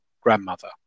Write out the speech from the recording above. grandmother